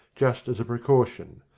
just as a precaution.